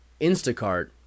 Instacart